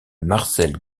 marcel